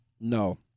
No